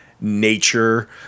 nature